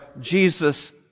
Jesus